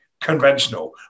conventional